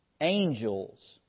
Angels